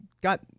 got